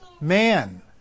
man